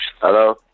Hello